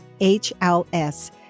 HLS